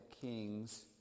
Kings